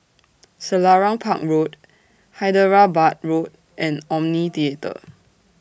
Selarang Park Road Hyderabad Road and Omni Theatre